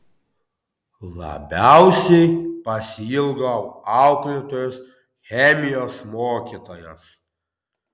labiausiai pasiilgau auklėtojos chemijos mokytojos